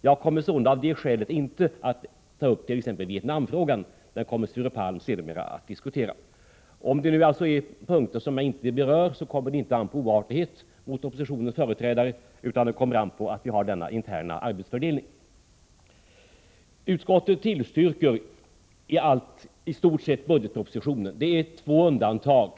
Jag tar sålunda av det skälet exempelvis inte upp Vietnamfrågan; den kommer Sture Palm senare att behandla. Om det alltså är punkter som jag inte berör, så kommer det inte an på oartighet mot oppositionens företrädare utan det kommer an på att vi har denna interna arbetsfördelning. Utskottet tillstyrker i stort sett budgetpropositionen. Det föreligger två undantag.